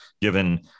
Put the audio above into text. given